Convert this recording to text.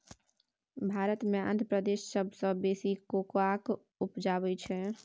भारत मे आंध्र प्रदेश सबसँ बेसी कोकोआ उपजाबै छै